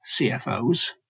CFOs